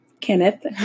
Kenneth